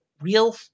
real